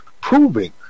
proving